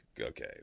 okay